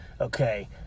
okay